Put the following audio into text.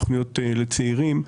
תוכניות של צעירים,